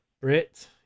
Brit